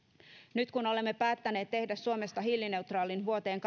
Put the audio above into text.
nyt kun olemme päättäneet tehdä suomesta hiilineutraalin vuoteen